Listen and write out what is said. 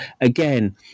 again